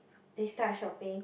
they start shopping